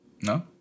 No